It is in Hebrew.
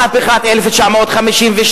מהפכת 1919, מהפכת 1952,